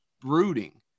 brooding